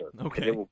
Okay